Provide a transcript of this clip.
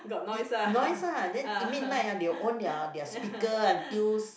it noise lah then midnight ah they will on their their speaker until